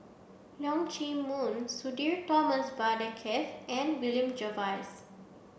Leong Chee Mun Sudhir Thomas Vadaketh and William Jervois